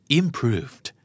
improved